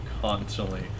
constantly